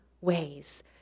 ways